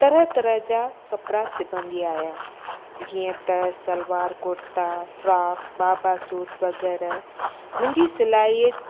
तरह तरह जा कपिड़ा सिबंदी आहियां जीअं त सलवार कुर्ता फ्रॉक बाबा सूट वग़ैरह मुंहिंजी सिलाईअ